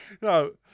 No